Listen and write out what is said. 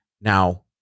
Now